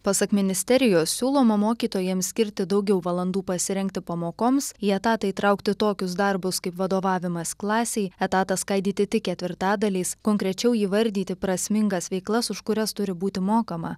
pasak ministerijos siūloma mokytojams skirti daugiau valandų pasirengti pamokoms į etatą įtraukti tokius darbus kaip vadovavimas klasei etatą skaidyti tik ketvirtadaliais konkrečiau įvardyti prasmingas veiklas už kurias turi būti mokama